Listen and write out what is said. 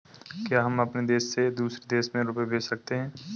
क्या हम अपने देश से दूसरे देश में रुपये भेज सकते हैं?